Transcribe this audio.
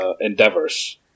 endeavors